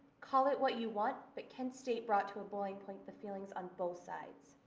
call it what you want, but kent state brought to a boiling point, the feelings on both sides.